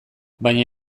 baina